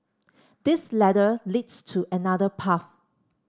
this ladder leads to another path